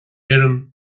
éirinn